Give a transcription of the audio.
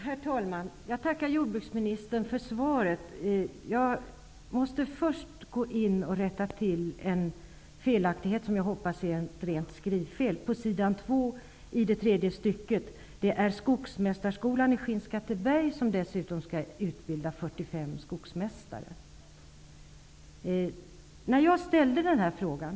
Herr talman! Jag tackar jordbruksministern för svaret. Jag måste först rätta till en felaktighet, som jag hoppas är ett rent skrivfel, i det tredje stycket på s. 2. Det är Skogsmästarskolan i Skinnskatteberg som dessutom skall utbilda 45 skogsmästare, och inte Bispgården, som det står i svaret.